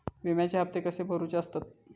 विम्याचे हप्ते कसे भरुचे असतत?